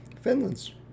Finland's